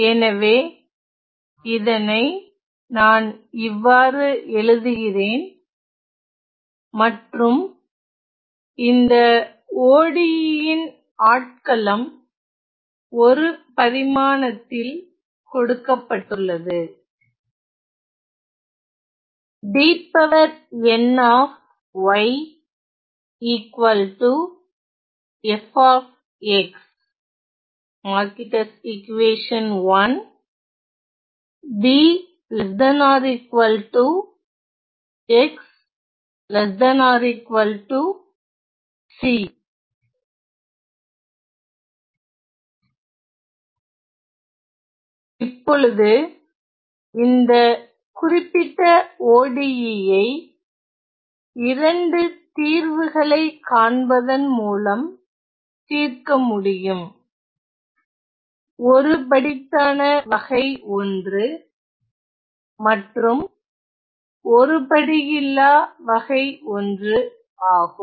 எனவே இதனை நான் இவ்வாறு எழுதுகிறேன் மற்றும் இந்த ODE ன் ஆட்களம் 1 பரிமாணத்தில் கொடுக்கப்பட்டுள்ளது இப்பொழுது இந்த குறிப்பிட்ட ODE யை இரண்டு தீர்வுகளை காண்பதன் மூலம் தீர்க்க முடியும் ஒருபடித்தான வகை ஒன்று மற்றும் ஒருபடுயில்லா வகை ஒன்று ஆகும்